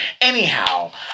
Anyhow